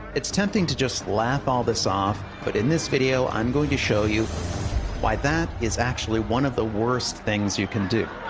it's tempting to just laugh all this off. but in this video, i'm going to show you why that is actually one of the worst things you can do.